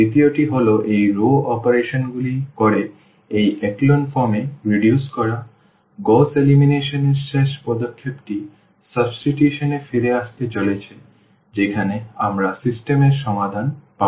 দ্বিতীয়টি হল এই রও অপারেশনগুলি করে এই echelon form এ রিডিউস করা গউস এলিমিনেশন এর শেষ পদক্ষেপটি সাবস্টিটিউশন এ ফিরে আসতে চলেছে যেখানে আমরা সিস্টেম এর সমাধান পাব